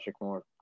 more